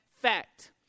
fact